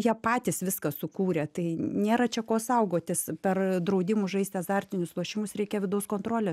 jie patys viską sukūrė tai nėra čia ko saugotis per draudimus žaisti azartinius lošimus reikia vidaus kontrolę